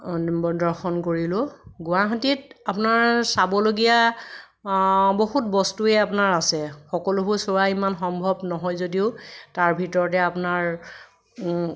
দৰ্শন কৰিলোঁ গুৱাহাটীত আপোনাৰ চাবলগীয়া বহুত বস্তুৱেই আপোনাৰ আছে সকলোবোৰ চোৱা ইমান সম্ভৱ নহয় যদিও তাৰ ভিতৰতে আপোনাৰ